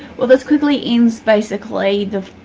well this quickly ends basically the